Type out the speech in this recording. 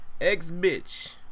ex-bitch